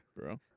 Bro